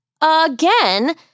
again